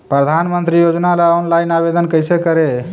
प्रधानमंत्री योजना ला ऑनलाइन आवेदन कैसे करे?